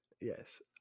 Yes